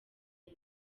lil